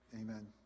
amen